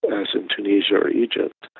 as in tunisia or egypt,